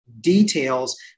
details